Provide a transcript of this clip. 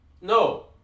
No